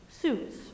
suits